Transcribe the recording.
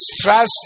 trust